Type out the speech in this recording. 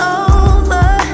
over